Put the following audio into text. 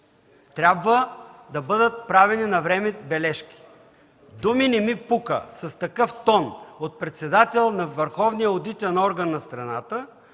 трябва да бъдат правени навреме бележки. Думи „не ми пука” с такъв тон от председател на върховния одитен орган на страната